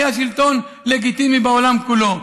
היה שלטון לגיטימי בעולם כולו.